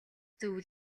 зөв